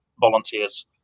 volunteers